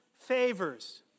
favors